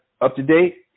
up-to-date